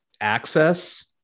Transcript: access